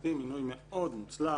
לדעתי הוא מינוי מאוד מוצלח